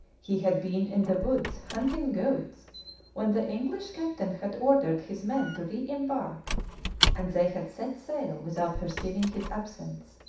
he had been in the woods hunting goats when the english captain had ordered his men to re-embark, and they had set sail without perceiving his absence.